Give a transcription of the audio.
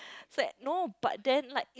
sad no but then like